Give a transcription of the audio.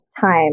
time